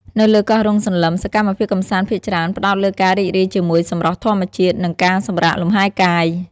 នៅលើកោះរ៉ុងសន្លឹម សកម្មភាពកម្សាន្តភាគច្រើនផ្តោតលើការរីករាយជាមួយសម្រស់ធម្មជាតិ និងការសម្រាកលំហែកាយ។